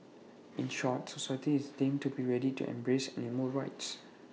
in short society is deemed to be ready to embrace animal rights